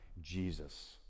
Jesus